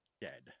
dead